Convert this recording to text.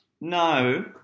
no